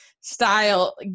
style